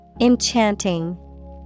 Enchanting